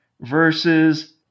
versus